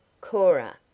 Cora